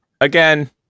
again